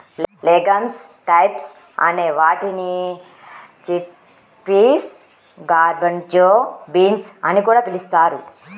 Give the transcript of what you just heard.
legumes types అనే వాటిని chickpeas, garbanzo beans అని కూడా పిలుస్తారు